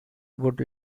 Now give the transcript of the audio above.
would